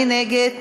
מי נגד?